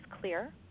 clear